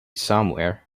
somewhere